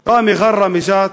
ראמי ג'רה מג'ת,